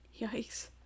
yikes